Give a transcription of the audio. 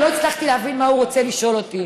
ולא הצלחתי להבין מה הוא רוצה לשאול אותי: